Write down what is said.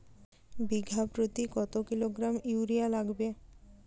বিঘাপ্রতি কত kilogram urea লাগবে?